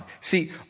See